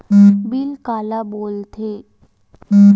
Bill काला बोल थे?